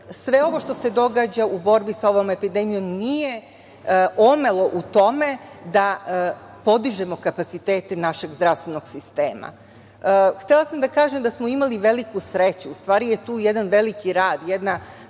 sve ovo što se događa u borbi sa ovom epidemijom nije omelo u tome da podižemo kapacitete našeg zdravstvenog sistema. Htela sam da kažem da smo imali veliku sreću. U stvari, tu je jedan veliki rad, jedna